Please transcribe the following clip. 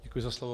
Děkuji za slovo.